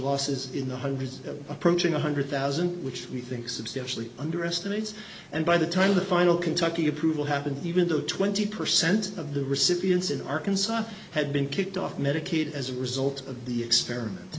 losses in the hundreds of approaching one hundred thousand dollars which we think substantially underestimates and by the time the final kentucky approval happened even though twenty percent of the recipients in arkansas had been kicked off medicaid as a result of the experiment